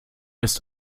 ist